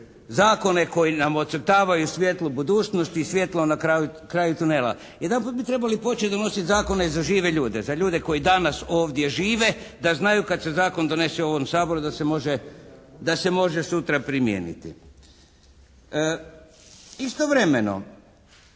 Zakone koji nam ocrtavaju svijetlu budućnost i svijetlo na kraju tunela. Jedanput bi trebali početi donositi zakone i za žive ljude. Za ljude koji danas ovdje žive da znaju kad se zakon donese u ovom Saboru da se može, da se može sutra primijeniti. Istovremeno